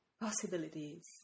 possibilities